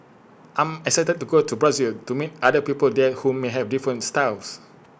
I'm excited to go to Brazil to meet other people there who may have different styles